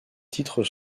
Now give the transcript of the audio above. titres